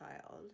child